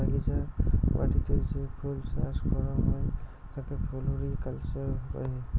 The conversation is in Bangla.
বাগিচার মাটিতে যে ফুল চাস করাং হই তাকে ফ্লোরিকালচার কহে